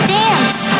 dance